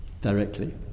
directly